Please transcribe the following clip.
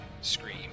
scream